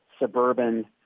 suburban